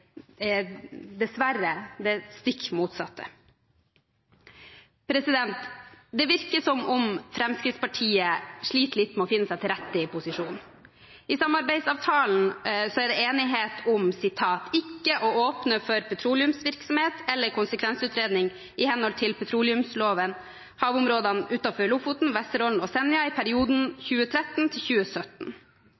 vi dessverre det stikk motsatte. Det virker som om Fremskrittspartiet sliter litt med å finne seg til rette i posisjon. I samarbeidsavtalen er det enighet om følgende: «Ikke å åpne for petroleumsvirksomhet, eller konsekvensutrede iht petroleumsloven, havområdene utenfor Lofoten, Vesterålen og Senja i perioden